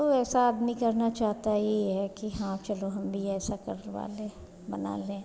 तो ऐसा आदमी करना चाहता ही है कि हाँ चलो हम भी ऐसा करवा लें बना लें